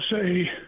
say